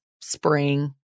spring